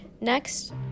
Next